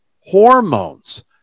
hormones